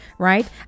right